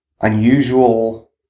unusual